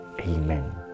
Amen